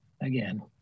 again